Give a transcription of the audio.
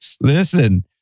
Listen